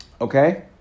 Okay